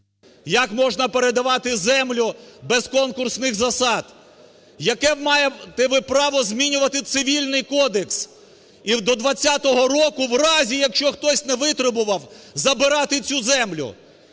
Як можна передавати землю без конкурсних засад? Яке маєте ви право змінювати Цивільний кодекс? І до 2020 року у разі, якщо хтось не витребував, забирати цю землю?